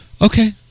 Okay